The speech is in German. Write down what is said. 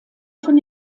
von